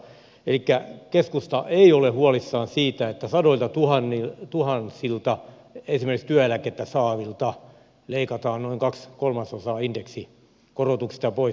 elikkä keskusta ei ole huolissaan siitä että sadoiltatuhansilta esimerkiksi työeläkettä saavilta leikataan noin kaksi kolmasosaa indeksikorotuksista pois